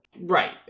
right